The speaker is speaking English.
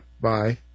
bye